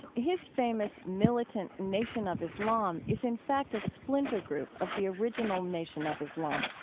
his famous militant nation of islam is, in fact, a splinter group of the original nation of islam,